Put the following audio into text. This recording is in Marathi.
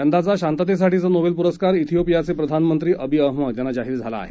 यंदाचा शांततेसाठीचा नोबेल पुरस्कार इथिओपियाचे प्रधानमंत्री अबी अहमद यांना जाहीर झाला आहे